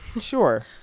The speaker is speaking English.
sure